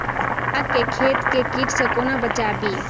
साग केँ खेत केँ कीट सऽ कोना बचाबी?